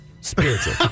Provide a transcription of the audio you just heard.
Spiritual